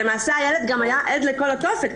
למעשה הילד היה עד לכל התופת,